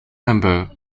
member